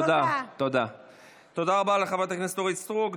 תודה רבה לחברת הכנסת אורית סטרוק.